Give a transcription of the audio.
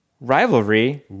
rivalry